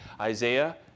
Isaiah